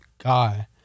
guy